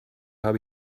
habe